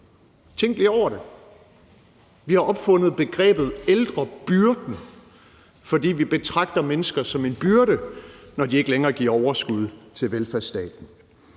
Tænk lige over det. Vi har opfundet begrebet ældrebyrden, fordi vi betragter mennesker som en byrde, når de ikke længere giver overskud til velfærdsstaten.